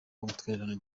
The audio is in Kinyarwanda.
n’ubutwererane